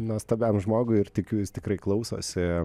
nuostabiam žmogui ir tikiu jis tikrai klausosi